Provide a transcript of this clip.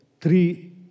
three